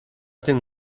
tym